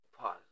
pause